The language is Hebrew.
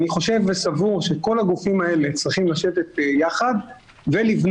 אני חושב וסבור שכל הגופים האלה צריכים לשבת ביחד ולבנות